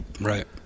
Right